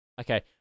Okay